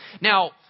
Now